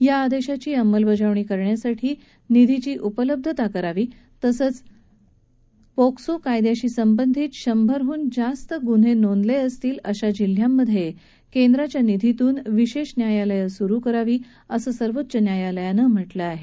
या आदेशाची अंमलबजावणी करण्यासाठी निधीची उपलब्धता करावी तसंच पोक्सो कायद्याशी संबंधित शंभराहन जास्त ग्न्हे नोंदलेले असतील जिल्ह्यांमधे केंद्राचया निधीतून विशेष न्यायालयं स्रु करावी असं सर्वोच्च न्यायालयानं म्हटलं आहे